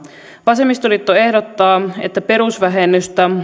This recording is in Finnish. vasemmistoliitto ehdottaa että perusvähennystä